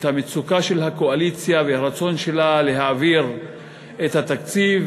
את המצוקה של הקואליציה והרצון שלה להעביר את התקציב,